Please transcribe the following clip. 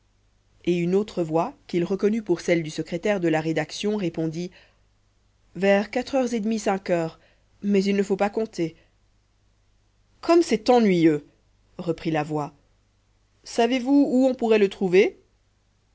et une autre voix qu'il reconnut pour celle du secrétaire de la rédaction répondit vers quatre heures et demie cinq heures mais il ne faut pas compter comme c'est ennuyeux reprit la voix savez-vous où on pourrait le trouver